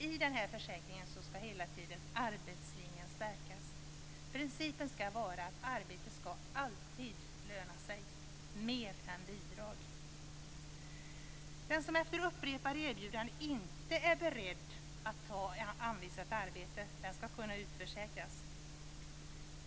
I den här försäkringen skall arbetslinjen hela tiden stärkas. Principen skall vara att arbete alltid skall löna sig mer än bidrag. Den som efter upprepade erbjudanden inte är beredd att ta anvisat arbete skall kunna utförsäkras.